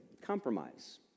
compromise